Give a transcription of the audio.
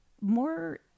more